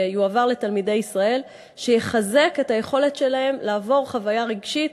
שיועבר לתלמידי ישראל ויחזק את היכולת שלהם לעבור חוויה רגשית,